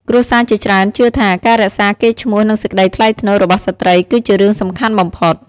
គ្រួសារជាច្រើនជឿថាការរក្សាកេរ្តិ៍ឈ្មោះនិងសេចក្តីថ្លៃថ្នូររបស់ស្ត្រីគឺជារឿងសំខាន់បំផុត។